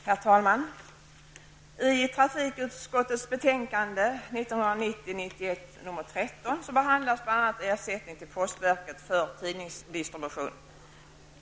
Herr talman! I trafikutskottets betänkande 1990/91:13 behandlas bl.a. ersättning till postverket för tidningsdistribution.